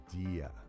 idea